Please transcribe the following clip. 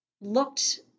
looked